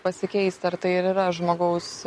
pasikeisti ar tai ir yra žmogaus